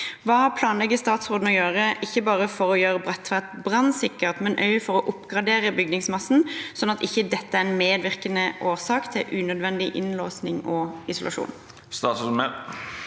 Hva planlegger statsråden å gjøre, ikke bare for å gjøre Bredtveit brannsikkert, men også for å oppgradere bygningsmassen, sånn at dette ikke er en medvirkende årsak til unødvendig innlåsing og isolasjon?